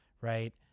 right